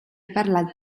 parlat